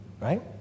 Right